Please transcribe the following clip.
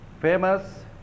famous